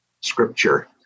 scripture